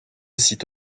site